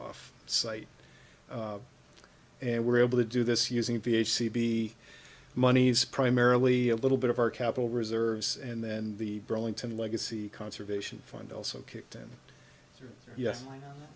off site and we're able to do this using p h c be monies primarily a little bit of our capital reserves and then the burlington legacy conservation fund also kicked in ye